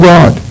God